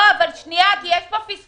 לא, אבל רגע, כי יש פה פספוס.